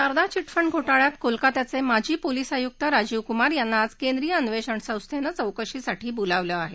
शारदा चिक्रिड घोक्रियात कोलकात्याचे माजी पोलीस आयुक्त राजीव कुमार यांना आज केंद्रीय अन्वेषण संस्थेनं चौकशीसाठी बोलावलं आहे